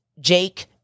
Jake